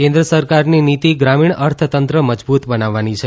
કેન્દ્ર સરકારની નીતી ગ્રામીણ અર્થતંત્ર મજબુત બનાવવાની છે